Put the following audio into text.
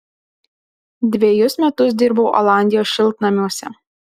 dvejus metus dirbau olandijos šiltnamiuose